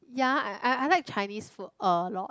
ya I I like Chinese food a lot